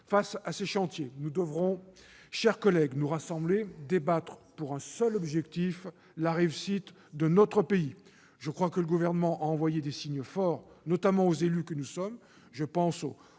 Face à ces chantiers, nous devrons, mes chers collègues, nous rassembler et débattre pour un seul objectif : la réussite de notre pays. Le Gouvernement a envoyé des signaux forts, notamment aux élus que nous sommes.